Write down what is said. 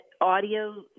audio